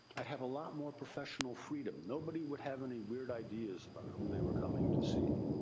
i'd have a lot more professional freedom. nobody would have any weird ideas about who they were coming to see.